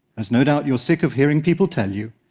as no doubt you're sick of hearing people tell you,